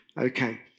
Okay